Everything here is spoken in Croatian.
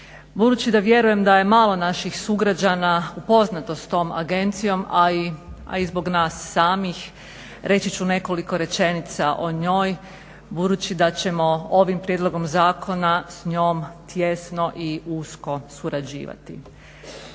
Budući da vjerujem da je malo naših sugrađana upoznato s tom agencijom, a i zbog nas samih reći ću nekoliko rečenica o njoj budući da ćemo ovim prijedlogom zakona s njom tijesno i usko surađivati.